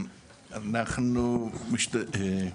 אנחנו משתדלים,